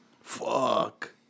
Fuck